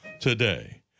today